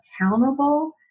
accountable